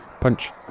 Punch